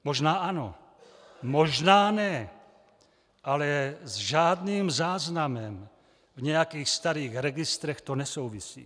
Možná ano, možná ne, ale s žádným záznamem v nějakých starých registrech to nesouvisí.